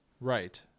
Right